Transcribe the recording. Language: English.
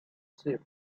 sheep